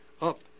up